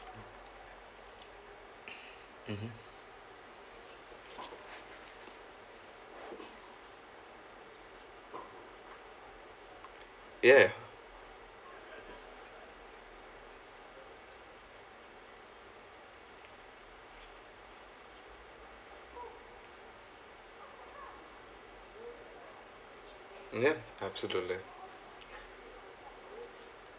mmhmm ya yup absolutely